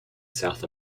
south